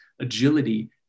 agility